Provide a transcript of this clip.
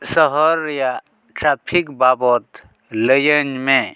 ᱥᱚᱦᱚᱨ ᱨᱮᱭᱟᱜ ᱴᱨᱟᱯᱷᱤᱠ ᱵᱟᱵᱚᱛ ᱞᱟᱹᱭᱟᱹᱧᱢᱮ